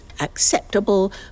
acceptable